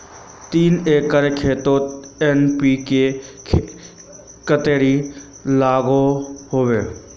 तीन एकर खेतोत एन.पी.के कतेरी लागोहो होबे?